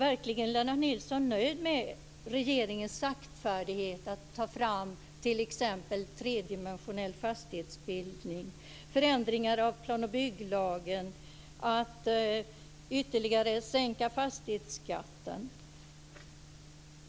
Är Lennart Nilsson verkligen nöjd med regeringens saktfärdighet när det gäller att t.ex. ta fram tredimensionell fastighetsbildning, genomföra förändringar av plan och bygglagen och att ytterligare sänka fastighetsskatten?